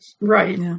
right